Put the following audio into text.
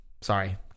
Sorry